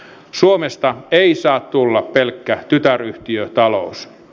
suomesta ei saa tulla pelkkä tytäryhtiötalous